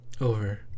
over